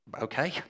Okay